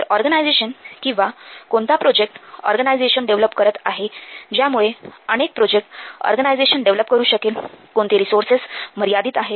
तर ऑर्गनायझेशन किंवा कोणता प्रोजेक्ट ऑर्गनायझेशन डेव्हलप करत आहे ज्यामुळे अनेक प्रोजेक्ट ऑर्गनायझेशन डेव्हलप करू शकेल कोणते रिसोर्सेस मर्यादित आहे